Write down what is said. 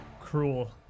cruel